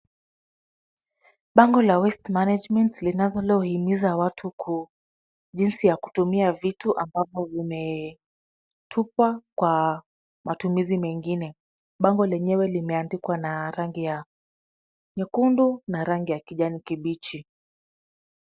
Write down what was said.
Bango la waste management linalohimiza watu jinsi ya kutumia vitu ambavyo vimetupwa kwa matumizi mengine. Bango lenyewe limeandikwa na rangi ya nyekundu na rangi ya kijani kibichi.